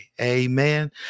Amen